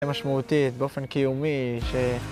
זה משמעותית באופן קיומי.